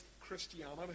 Christianity